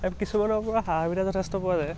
আৰু কিছুমানৰপৰা সা সুবিধ যথেষ্ট পোৱা যায়